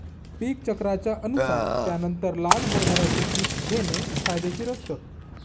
पीक चक्राच्या अनुसार त्यानंतर लाल हरभऱ्याचे पीक घेणे फायदेशीर असतं